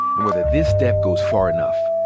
and whether this step goes far enough.